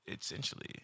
Essentially